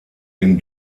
den